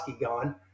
gone